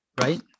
right